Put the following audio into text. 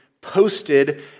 posted